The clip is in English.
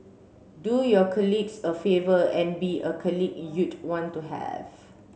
do your colleagues a favour and be a colleague you'd want to have